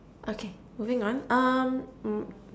okay moving on um